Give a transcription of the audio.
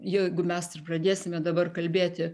jeigu mes pradėsime dabar kalbėti